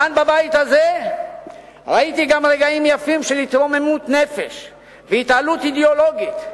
כאן בבית הזה ראיתי גם רגעים יפים של התרוממות נפש והתעלות אידיאולוגית,